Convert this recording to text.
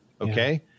okay